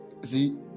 see